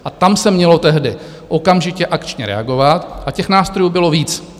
A tam se mělo tehdy okamžitě akčně reagovat a těch nástrojů bylo víc.